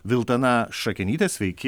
viltana šakenytė sveiki